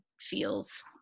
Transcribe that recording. feels